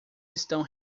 estão